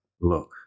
look